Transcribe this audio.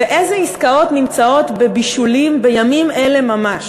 ואיזה עסקאות נמצאות בבישולים בימים אלה ממש?